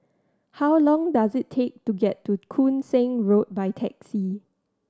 how long does it take to get to Koon Seng Road by taxi